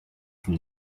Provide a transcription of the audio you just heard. from